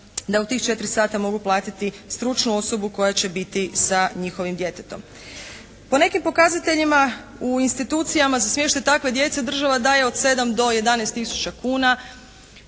da u tih 4 sata mogu platiti stručnu osobu koja će biti sa njihovim djetetom. Po nekim pokazateljima u institucijama za smještaj takve djece država daje od 7 do 11 tisuća kuna.